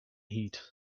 heat